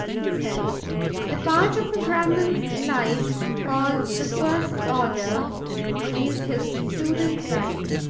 he said the part of a brahman's life called the first order is his student life.